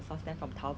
为什么